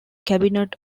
cabinet